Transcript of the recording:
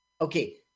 Okay